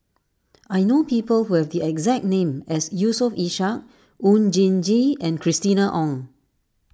I know people who have the exact name as Yusof Ishak Oon Jin Gee and Christina Ong